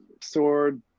sword